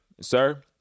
sir